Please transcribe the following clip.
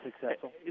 Successful